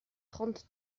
trente